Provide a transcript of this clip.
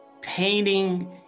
painting